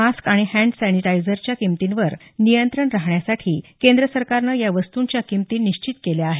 mask आणि hand सॅनिटायझरच्या किमतींवर नियंत्रण राहण्यासाठी केंद्र सरकारनं या वस्तूंच्या किमती निश्चित केल्या आहेत